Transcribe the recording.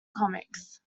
comics